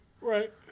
Right